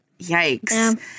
yikes